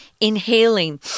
inhaling